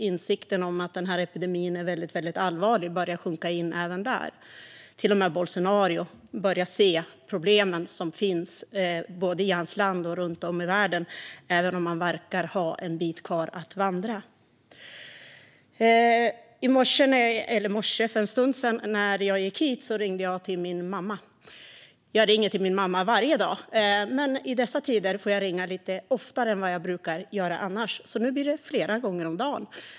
Insikten om att denna epidemi är väldigt allvarlig börjar sjunka in även där. Till och med Bolsonaro börjar se de problem som finns, både i hans land och runt om i världen, även om han verkar ha en bit kvar att vandra. För en stund sedan när jag gick hit ringde jag till min mamma. Jag ringer till henne varje dag, men i dessa tider får jag ringa lite oftare än annars - nu blir det flera gånger om dagen.